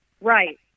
Right